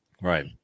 Right